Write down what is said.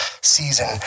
season